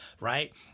right